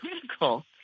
critical